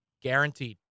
Guaranteed